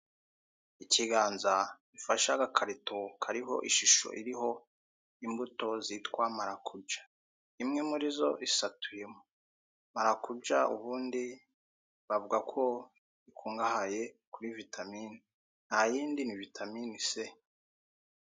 Ikiganza gifashe agakarito karimo imbuto zitwa marakuja. Imwe murizo isatuyeho, marakuja ubundi, bavuga ko ikungahaye kuri vitamini, ntayindi ni vitamini se.